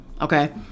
Okay